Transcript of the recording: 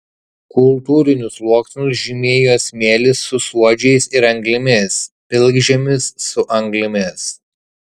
kultūrinius sluoksnius žymėjo smėlis su suodžiais ir anglimis pilkžemis su anglimis